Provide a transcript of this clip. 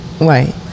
right